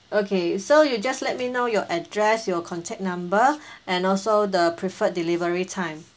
okay so you just let me know your address your contact number and also the preferred delivery time